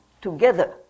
together